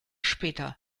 später